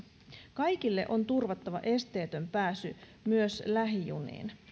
kaikille on turvattava esteetön pääsy myös lähijuniin